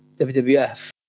WWF